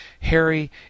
Harry